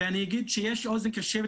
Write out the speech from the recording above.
אני אגיד שיש אוזן קשבת,